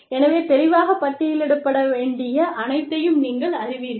எனவே தெளிவாகப் பட்டியலிடப்பட வேண்டிய அனைத்தையும் நீங்கள் அறிவீர்கள்